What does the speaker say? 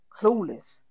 clueless